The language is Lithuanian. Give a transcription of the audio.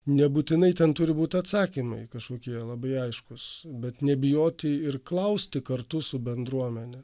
nebūtinai ten turi būti atsakymai kažkokie labai aiškūs bet nebijoti ir klausti kartu su bendruomene